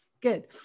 good